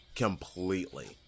completely